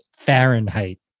Fahrenheit